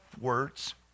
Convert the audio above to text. Words